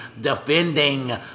defending